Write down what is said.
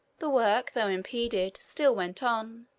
the work, though impeded, still went on.